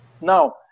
now